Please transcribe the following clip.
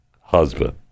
husband